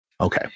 okay